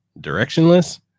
directionless